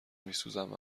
میسوزم